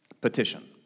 petition